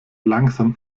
langsam